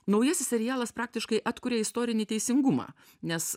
naujasis serialas praktiškai atkuria istorinį teisingumą nes